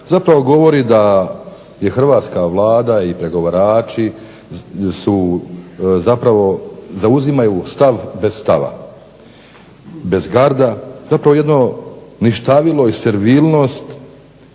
zapravo govori da je hrvatska Vlada i pregovarači zauzimaju stav bez stava, bez garda. Zapravo jedno ništavilo i servilnost